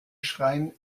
schreien